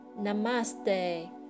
Namaste